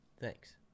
Thanks